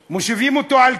מושיבים אותו על כיסא,